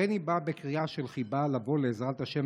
הריני בא בקריאה של חיבה לבוא לעזרת השם